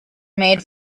made